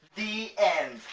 the end.